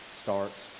starts